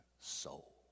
soul